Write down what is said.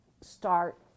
start